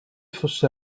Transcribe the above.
fosse